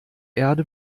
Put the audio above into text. erde